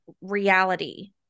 reality